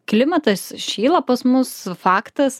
klimatas šyla pas mus faktas